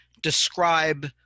Describe